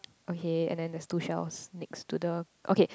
okay and then there's two shells next to the okay